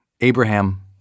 Abraham